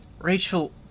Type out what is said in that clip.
Rachel